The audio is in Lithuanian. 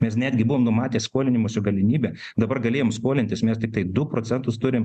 mes netgi buvom numatę skolinimosi galimybę dabar galėjom skolintis mes tiktai du procentus turim